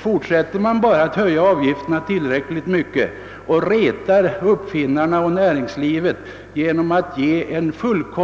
Fortsätter man bara att höja avgifterna tillräckligt mycket och retar uppfinnarna och näringslivet genom att låta patentverkets service